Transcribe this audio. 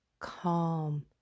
calm